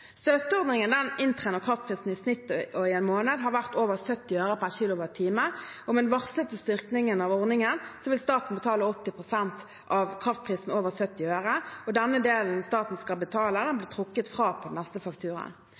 Støtteordningen inntrer når kraftprisen i snitt over en måned har vært over 70 øre/kWh. Med den varslede styrkingen av ordningen vil staten betale 80 pst. av kraftprisen over 70 øre, og den delen staten skal betale, blir trukket fra på den neste fakturaen.